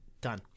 done